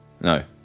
No